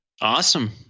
Awesome